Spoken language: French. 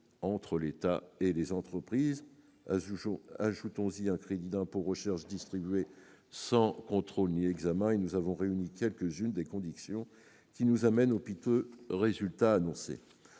entre l'État et les entreprises ? Ajoutons-y un crédit d'impôt recherche distribué sans contrôle ni examen, et voilà réunies quelques-unes des conditions qui nous amènent au piteux résultat annoncé.